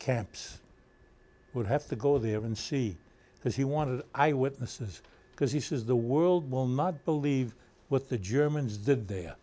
camps would have to go there and see because he wanted eyewitnesses because he says the world will not believe what the germans did there